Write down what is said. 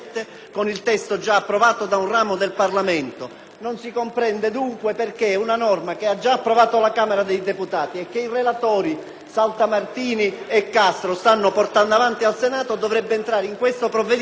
Non si comprende dunque perché una norma, già approvata dalla Camera dei deputati e che i relatori Saltamartini e Castro stanno portando avanti anche al Senato, dovrebbe essere inserita in questo provvedimento, che invece è in prima lettura e poi deve essere